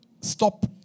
stop